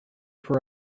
for